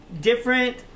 different